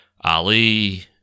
Ali